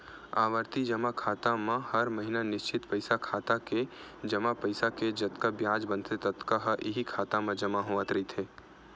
आवरती जमा खाता म हर महिना निस्चित पइसा खाता के जमा पइसा के जतका बियाज बनथे ततका ह इहीं खाता म जमा होवत रहिथे